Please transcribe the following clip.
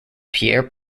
pierre